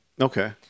Okay